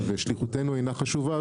ושליחותנו אינה חשובה,